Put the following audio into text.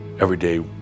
everyday